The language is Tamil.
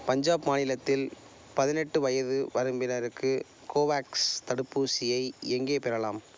பஞ்சாப் மாநிலத்தில் பதினெட்டு வயது வரம்பினருக்கு கோவேக்ஸ் தடுப்பூசியை எங்கே பெறலாம்